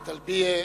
בטלביה,